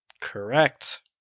Correct